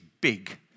big